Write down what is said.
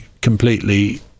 completely